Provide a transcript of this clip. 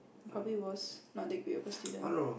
probably was not that great of a student